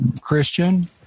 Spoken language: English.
Christian